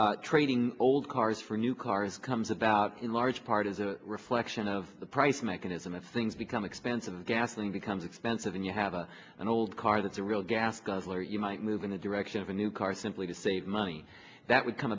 sense trading old cars for new cars comes about in large part as a reflection of the price mechanism of things become expensive gasoline becomes expensive and you have an old car that's a real gas guzzler you might move in the direction of a new car simply to save money that would come